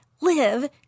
live